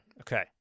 Okay